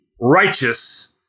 righteous